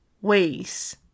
ways